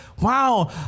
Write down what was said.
Wow